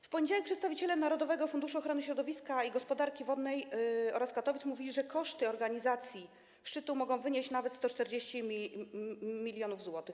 W poniedziałek przedstawiciele Narodowego Funduszu Ochrony Środowiska i Gospodarki Wodnej oraz Katowic mówili, że koszty organizacji szczytu mogą wynieść nawet 140 mln zł.